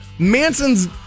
Manson's